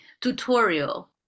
tutorial